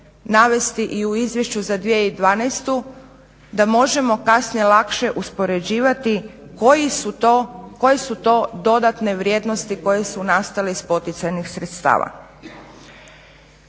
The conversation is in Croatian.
navesti i u Izvješću za 2012. da možemo kasnije lakše uspoređivati koje su to dodatne vrijednosti koje su nastale iz poticajnih sredstava.